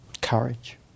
courage